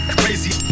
crazy